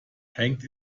hängt